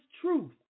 truth